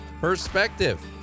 perspective